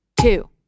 two